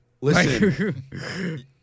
Listen